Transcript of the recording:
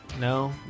no